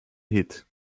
hit